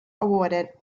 awarded